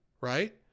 right